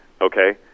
Okay